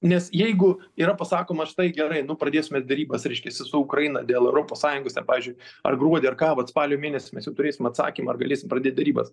nes jeigu yra pasakoma štai gerai nu pradėsime derybas reiškiasi su ukraina dėl europos sąjungos ten pavyzdžiui ar gruodį ar ką vat spalio mėnesį mes jau turėsim atsakymą ar galėsim pradėt derybas